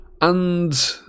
And